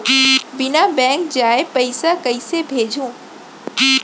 बिना बैंक जाये पइसा कइसे भेजहूँ?